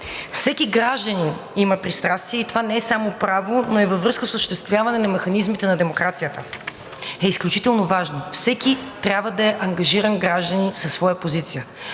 всеки гражданин има пристрастие и това не е само право, но е и във връзка с осъществяване на механизмите на демокрацията, е изключително важно. Всеки трябва да е ангажиран гражданин със своя позиция.